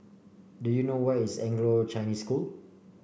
do you know where is Anglo Chinese School